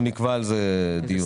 נקבע על זה דיון.